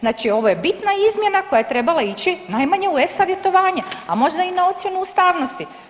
Znači ovo je bitna izmjena koja je trebala ići najmanje u e-savjetovanje, a možda i na ocjenu ustavnosti.